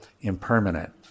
impermanent